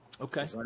Okay